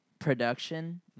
production